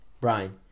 Brian